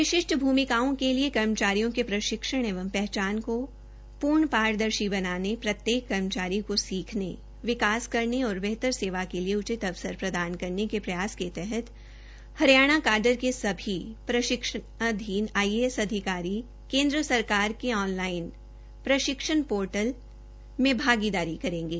विशिष्ट भूमिकाओं के लिए कर्मचारियों के प्रशिक्षण एवं पहचान को पूर्ण पारदर्शी बनाने प्रत्येक कर्मचारी को सीखने विकास करने और बेहतर सेवा के लिए उचित अवसर प्रदान करने के प्रयास के तहत हरियाणा काडर के सभी प्रशिक्षणाधीन आईएएस अधिकारी केन्द सरकार के ऑनलाइन प्रशिक्षण portal I G O T में भागीदारी करेंगे